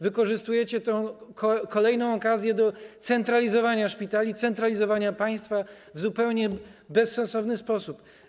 Wykorzystujecie tę kolejną okazję do centralizowania szpitali, centralizowania państwa w zupełnie bezsensowny sposób.